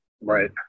Right